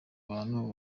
abantu